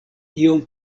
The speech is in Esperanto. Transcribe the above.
iom